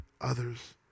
others